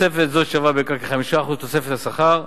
תוספת זאת שווה בערכה לכ-5% תוספת לשכר,